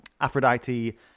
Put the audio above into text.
Aphrodite